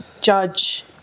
judge